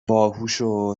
باهوشو